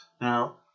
now